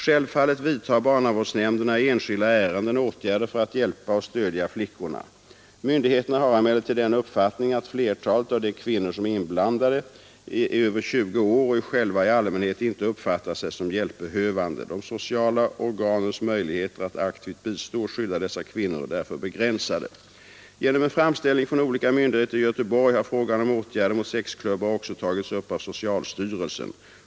Självfallet vidtar barnavårdsnämnderna i enskilda ärenden åtgärder för att hjälpa och stödja flickorna. Myndigheterna har emellertid den uppfattningen att flertalet av de kvinnor som är inblandade i verksamheten är över 20 år och själva i allmänhet inte uppfattar sig som hjälpbehövande. De sociala organens möjligheter att aktivt bistå och skydda dessa kvinnor är därför begränsade. Genom en framställning från olika myndigheter i Göteborg har frågan om åtgärder mot sexklubbar också tagits upp av socialstyrelsen.